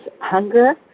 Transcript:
hunger